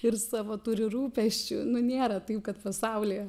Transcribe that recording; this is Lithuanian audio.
ir savo turi rūpesčių nu nėra taip kad pasaulyje